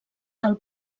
del